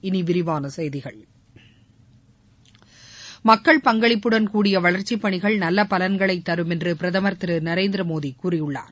இனிவிரிவான செய்திகள் மக்கள் பங்களிப்புடன் கூடிய வளர்ச்சிப் பணிகள் நல்ல பலன்களைத் தரும் என்று பிரதமர் திரு நரேந்திர மோடி கூறியுள்ளார்